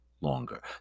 longer